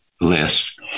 list